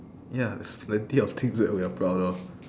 ya there's plenty of things that we are proud of